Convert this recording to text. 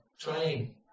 trying